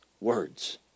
words